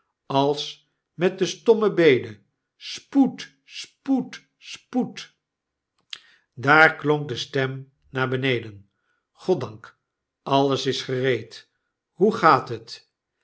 als met de stomme bede spoed spoed spoed daar klonk de stem naar beneden goddank alles is gereed hoe gaat het